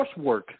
coursework